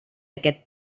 aquest